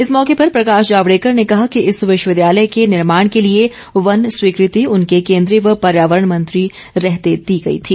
इस मौके पर प्रकाश जावड़ेकर ने कहा कि इस विश्वविद्यालय के निर्माण के लिए वन स्वीकृति उनके केन्द्रीय व पर्यावरण मंत्री रहते दे दी गई थी